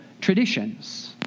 traditions